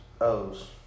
O's